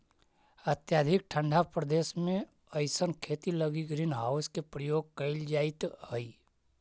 अत्यधिक ठंडा प्रदेश में अइसन खेती लगी ग्रीन हाउस के प्रयोग कैल जाइत हइ